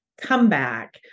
comeback